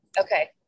Okay